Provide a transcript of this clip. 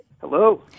Hello